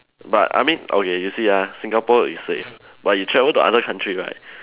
but I mean okay you see ah Singapore is safe but you travel to other country right